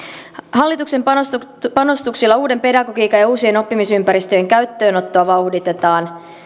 hallituksen panostuksilla uuden pedagogiikan ja uusien oppimisympäristöjen käyttöönottoa vauhditetaan